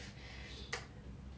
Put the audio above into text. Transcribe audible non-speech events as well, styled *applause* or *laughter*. *breath* *noise*